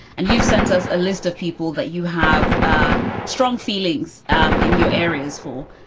and you've sent us a list of people that you have ah strong feelings um in your areas for,